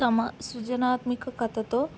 తమ సృజనాత్మక కథతో